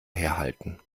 herhalten